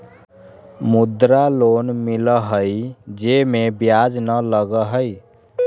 मुद्रा लोन मिलहई जे में ब्याज न लगहई?